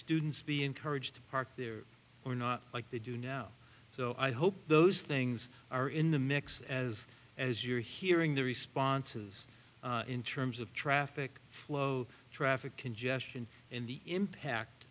students be encouraged to park there or not like they do now so i hope those things are in the mix as as you're hearing the responses in terms of traffic flow traffic congestion and the impact